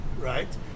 right